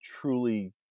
truly